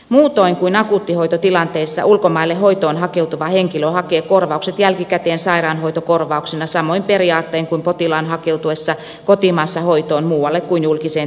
muutoin kuin akuuttihoitotilanteissa ulkomaille hoitoon hakeutuva henkilö hakee korvaukset jälkikäteen sairaanhoitokorvauksena samoin periaattein kuin potilaan hakeutuessa kotimaassa hoitoon muualle kuin julkiseen terveydenhuoltoon